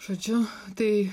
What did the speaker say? žodžiu tai